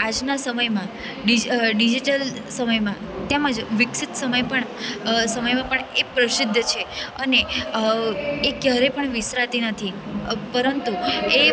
આજ આજના સમયમાં ડીજી ડીજીટલ સમયમાં તેમજ વિકસિત સમય પણ સમયમાં પણ એ પ્રસિદ્ધ છે અને એ ક્યારેય પણ વિસરાતી નથી પરંતુ એ